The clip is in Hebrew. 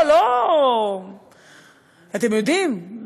אתם יודעים,